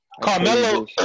Carmelo